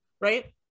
right